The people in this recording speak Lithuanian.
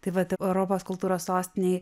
tai vat europos kultūros sostinėj